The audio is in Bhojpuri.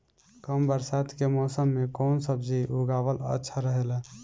कम बरसात के मौसम में कउन सब्जी उगावल अच्छा रहेला?